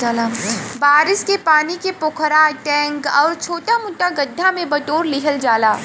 बारिश के पानी के पोखरा, टैंक आउर छोटा मोटा गढ्ढा में बटोर लिहल जाला